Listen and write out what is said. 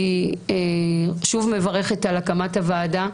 אני שוב מברכת על הקמת הוועדה.